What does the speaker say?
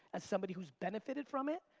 as somebody who's benefited from it,